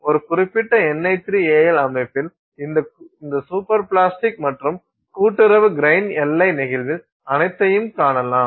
எனவே இந்த குறிப்பிட்ட Ni3Al அமைப்பில் இந்த சூப்பர் பிளாஸ்டிக் மற்றும் கூட்டுறவு கிரைன் எல்லை நெகிழ்வில் அனைத்தையும் காணலாம்